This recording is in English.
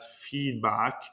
feedback